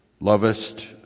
lovest